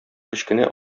кечкенә